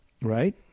right